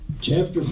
Chapter